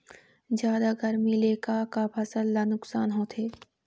जादा गरमी ले का का फसल ला नुकसान होथे?